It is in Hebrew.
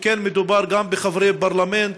שכן מדובר גם בחברי פרלמנט,